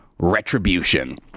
retribution